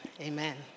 amen